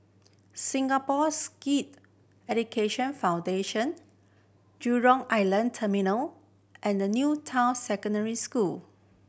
Singapores Sikh Education Foundation Jurong Island Terminal and New Town Secondary School